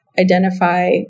identify